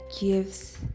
gives